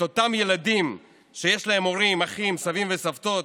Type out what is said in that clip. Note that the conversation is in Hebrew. את אותם ילדים שיש להם הורים, אחים, סבים וסבתות.